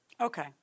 Okay